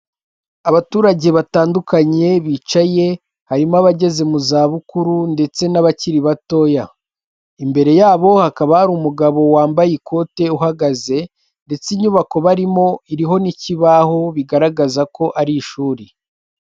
Abaturage batandukanye bicaye, harimo abageze mu za bukuru ndetse n'abakiri batoya. Imbere yabo hakaba hari umugabo wambaye ikote uhagaze; ndetse inyubako barimo iriho n'ikibaho, bigaragaza ko ari ishuri.